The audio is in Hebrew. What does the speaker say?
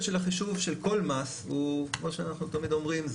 של החישוב של כל מס הוא כמו שאנחנו תמיד אומרים,